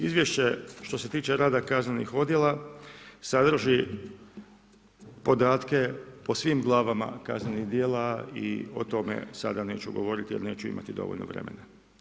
Izvješće što se tiče rada kaznenih odjela sadrži podatke po svim glavama kaznenih djela i o tome sada neću govoriti jer neću imati dovoljno vremena.